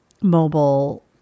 mobile